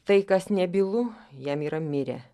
tai kas nebylu jam yra mirę